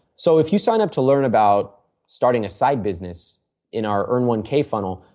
so, if you sign up to learn about starting a side business in our earn one k funnel,